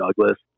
Douglas